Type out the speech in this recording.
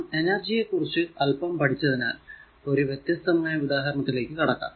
നാം എനെര്ജിയെക്കുറിച്ചു അല്പം പഠിച്ചതിനാൽ ഒരു വ്യത്യസ്തമായ ഉദാഹരണത്തിലേക്ക് കടക്കാം